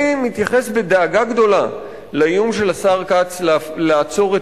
אני מתייחס בדאגה גדולה לאיום של השר כץ לעצור את